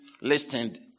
Listened